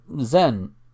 Zen